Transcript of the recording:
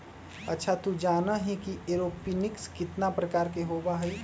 अच्छा तू जाना ही कि एरोपोनिक्स कितना प्रकार के होबा हई?